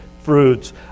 fruits